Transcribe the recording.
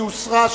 היא הוסרה,